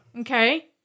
Okay